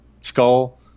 skull